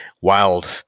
wild